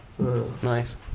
Nice